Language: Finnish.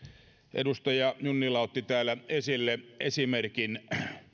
edustaja junnila otti täällä esille esimerkin